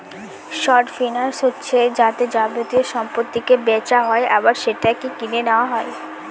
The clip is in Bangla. শর্ট ফিন্যান্স হচ্ছে যাতে যাবতীয় সম্পত্তিকে বেচা হয় আবার সেটাকে কিনে নেওয়া হয়